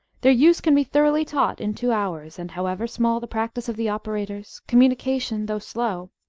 their use can be thoroughly taught in two hours, and however small the practice of the operators, communication, though slow,